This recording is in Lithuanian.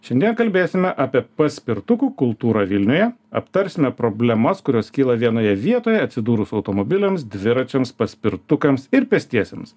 šiandien kalbėsime apie paspirtukų kultūrą vilniuje aptarsime problemas kurios kyla vienoje vietoje atsidūrus automobiliams dviračiams paspirtukams ir pėstiesiems